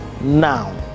now